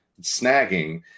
snagging